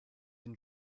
and